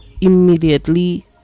immediately